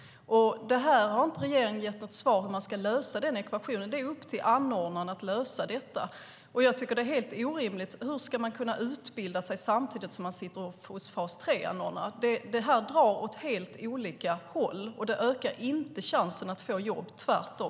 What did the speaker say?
Regeringen har inte gett något svar på hur man ska lösa den ekvationen. Det är upp till anordnarna att lösa detta. Jag tycker att det är helt orimligt. Hur ska man kunna utbilda sig samtidigt som man sitter hos fas 3-anordnaren? Det här drar åt helt olika håll, och det ökar inte chansen att få jobb - tvärtom.